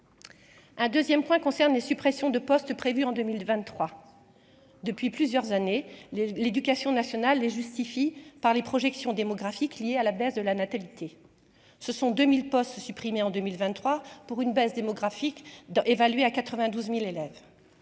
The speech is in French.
Un 2ème point concerne les suppressions de postes prévues en 2023 depuis plusieurs années les l'éducation nationale les justifie par les projections démographiques liées à la baisse de la natalité, ce sont 2000 postes supprimés en 2023 pour une baisse démographique dans évalué à 92000 élèves,